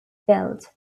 built